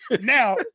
now